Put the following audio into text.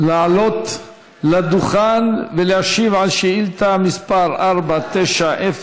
לעלות לדוכן ולהשיב על שאילתה מס' 490,